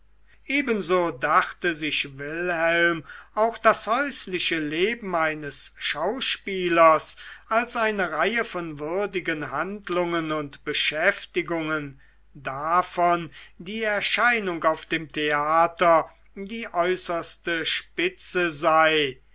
ebenso dachte sich wilhelm auch das häusliche leben eines schauspielers als eine reihe von würdigen handlungen und beschäftigungen davon die erscheinung auf dem theater die äußerste spitze sei